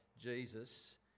Jesus